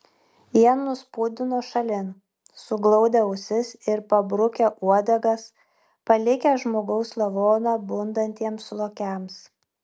jie nuspūdino šalin suglaudę ausis ir pabrukę uodegas palikę žmogaus lavoną bundantiems lokiams